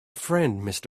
friend